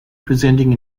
presenting